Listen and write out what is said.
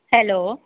hello